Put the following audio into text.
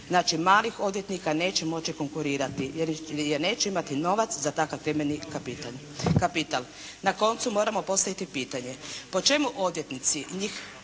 znači malih odvjetnika neće moći konkurirati, jer neće imati novac za takav temeljni kapital. Na koncu, moramo postaviti pitanje, po čemu odvjetnici, njih